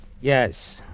Yes